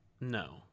No